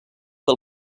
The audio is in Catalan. del